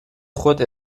خود